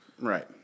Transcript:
Right